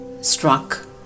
struck